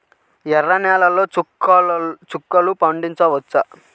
ఎర్ర నెలలో చిక్కుల్లో పండించవచ్చా?